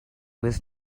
was